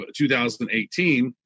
2018